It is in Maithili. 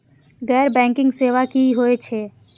गैर बैंकिंग सेवा की होय छेय?